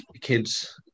kids –